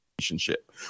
Relationship